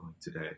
today